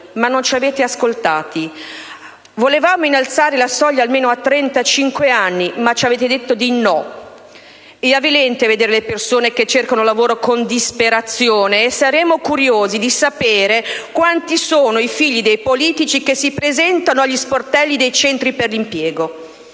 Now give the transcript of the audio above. ma non ci avete ascoltati. Volevamo innalzare la soglia almeno a 35 anni, ma ci avete detto di no. È avvilente vedere le persone che cercano lavoro con disperazione, e saremo curiosi si sapere quanti sono i figli dei politici che si presentano agli sportelli dei centri per l'impiego!